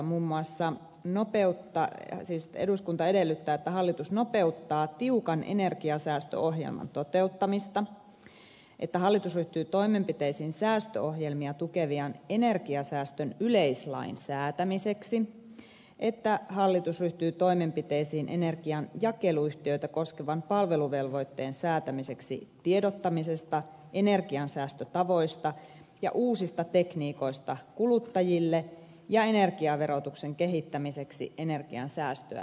muun muassa eduskunta edellytti että hallitus nopeuttaa tiukan energiansäästöohjelman toteuttamista että hallitus ryhtyy toimenpiteisiin säästöohjelmia tukevan energiansäästön yleislain säätämiseksi että hallitus ryhtyy toimenpiteisiin energian jakeluyhtiöitä koskevan palveluvelvoitteen säätämiseksi energiansäästötapojen ja uusien tekniikoiden tiedottamiseksi kuluttajille ja että energiaverotusta kehitetään energiansäästöä edistävällä tavalla